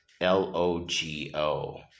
L-O-G-O